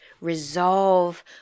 resolve